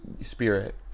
Spirit